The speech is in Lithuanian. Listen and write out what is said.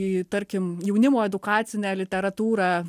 į tarkim jaunimo edukacinę literatūrą